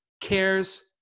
cares